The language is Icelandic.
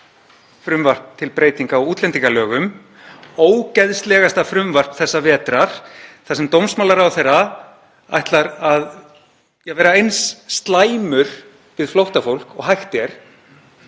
frumvarp til breytinga á útlendingalögum, ógeðslegasta frumvarpi þessa vetrar þar sem dómsmálaráðherra ætlar að vera eins slæmur við flóttafólk og hægt